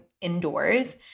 indoors